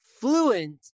fluent